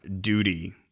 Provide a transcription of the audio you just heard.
duty